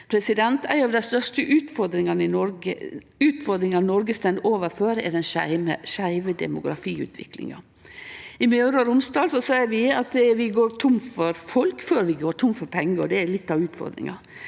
meir. Ei av dei største utfordringane Noreg står overfor, er den skeive demografiutviklinga. I Møre og Romsdal ser vi at vi går tomme for folk før vi går tomme for pengar, og det er litt av utfordringa.